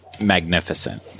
Magnificent